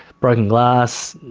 broken glass.